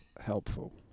helpful